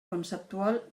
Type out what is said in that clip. conceptual